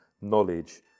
knowledge